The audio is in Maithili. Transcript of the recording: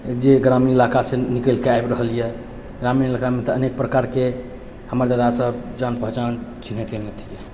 जे ग्रामीण इलाकासँ निकलि कऽ आबि रहल यऽ ग्रामीण इलाकामे तऽ अनेक प्रकारके हमर दादा सब जान पहचान